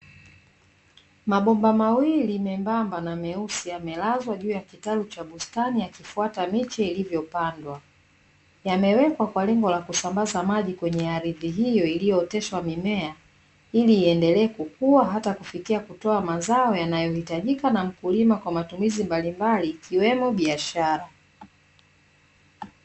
Mabomba mawili membamba na meusi amelazwa juu ya kitalu cha bustani, yakifuata miche ilivyopandwa yamewekwa kwa lengo la kusambaza maji kwenye ardhi hiyo iliyooteshwa mimea, ili iendelee kukua hata kufikia kutoa mazao yanayohitajika na mkulima kwa matumizi mbalimbali ikiwemo biashara